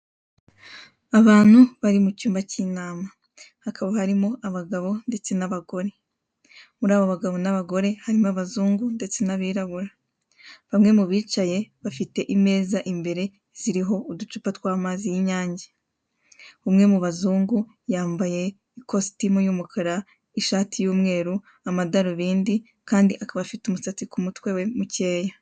Abantu bari mu cyumba cy'inama. Hakaba harimo abagabo ndetse n'abagore. Muri abo bagabo n'abagore harimo abazungu ndetse n'abirabura. Bamwe mu bicaye bafite imeza imbere ziriho uducupa tw'amazi y'inyange. Umwe mu bazungu yambaye ikositimu y'umukara, ishati y'umweru, amadarubindi kandi akaba afite umusatsi ku mutwe we mukeya.